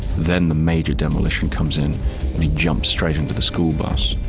then the major demolition comes in and he jumps straight into the school bus.